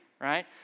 right